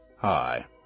Hi